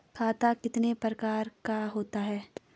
खाता कितने प्रकार का होता है?